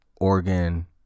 Oregon